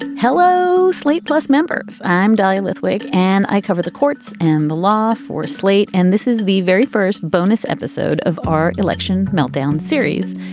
ah hello, slate plus, members i'm dahlia lithwick and i cover the courts and the law for slate, and this is the very first bonus episode of our election meltdown series.